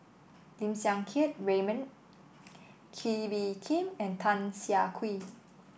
Lim Siang Keat Raymond Kee Bee Khim and Tan Siah Kwee